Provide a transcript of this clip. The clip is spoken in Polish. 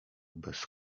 bez